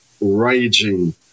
raging